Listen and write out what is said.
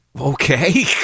Okay